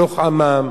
בתוך עמם,